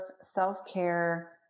self-care